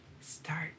start